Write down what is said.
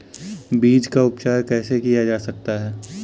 बीज का उपचार कैसे किया जा सकता है?